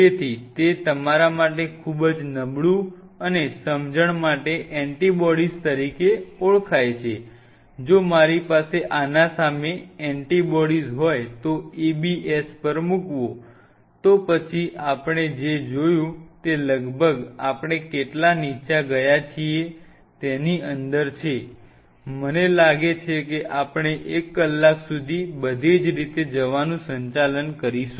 તેથી તે તમારા માટે ખૂબ જ નબળું અને સમજણ માટે એન્ટિબાયોટિક તરીકે ઓળખાય છે જો મારી પાસે આની સામે એન્ટિબોડી હોય તો ABS પર મૂકવું તો પછી આપણે જે જોયું તે લગભગ આપણે કેટલા નીચા ગયા છીએ તેની અંદર છે મને લાગે છે કે આપણે 1 કલાક સુધી બધી રીતે જવાનું સંચાલન કરીશું